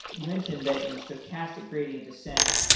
you mentioned that in stochastic gradient descent,